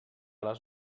les